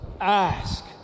ask